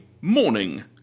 morning